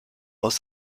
aus